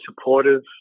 supportive